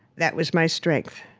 that was my strength,